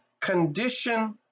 condition